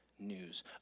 news